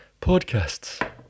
podcasts